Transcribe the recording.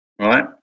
right